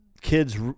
kids